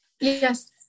Yes